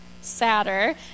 sadder